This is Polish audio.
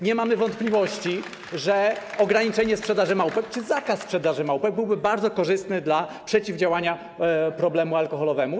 Nie mamy więc wątpliwości, że ograniczenie sprzedaży małpek czy zakaz sprzedaży małpek byłby bardzo korzystny dla przeciwdziałania problemowi alkoholowemu.